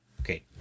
Okay